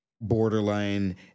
borderline